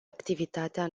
activitatea